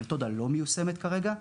המתודה לא מיושמת כרגע.